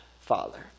father